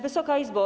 Wysoka Izbo!